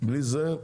בלי זה,